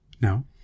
No